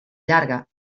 llarga